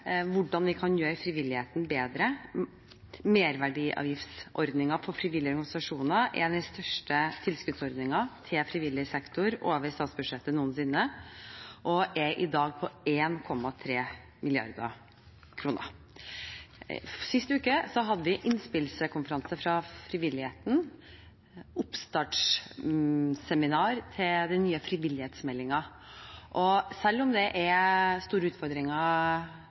hvordan vi kan gjøre frivilligheten bedre. Merverdiavgiftsordningen for frivillige organisasjoner er den største tilskuddsordningen til frivillig sektor over statsbudsjettet noensinne, og er i dag på 1,3 mrd. kr. Sist uke hadde vi innspillskonferanse med frivilligheten, oppstartsseminar til den nye frivillighetsmeldingen. Selv om det er store utfordringer